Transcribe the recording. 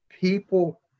people